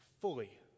fully